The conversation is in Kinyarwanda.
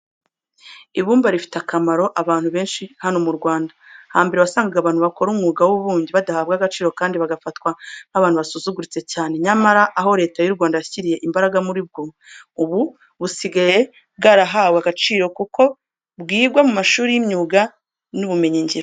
Ibumba rifitiye akamaro abantu benshi hano mu Rwanda. Hambere, wasangaga abantu bakora umwuga w'ububumbyi badahabwa agaciro kandi bagafatwa nk'abantu basuzuguritse cyane. Nyamara, aho Leta y'u Rwanda yashyiriye imbaraga muri bwo, ubu busigaye bwarahawe agaciro kuko bwigwa mu mashuri y'imyuga n'ubumenyingiro.